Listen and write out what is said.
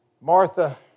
Martha